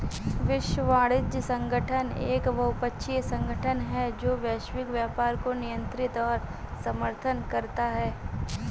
विश्व वाणिज्य संगठन एक बहुपक्षीय संगठन है जो वैश्विक व्यापार को नियंत्रित और समर्थन करता है